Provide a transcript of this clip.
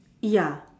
ya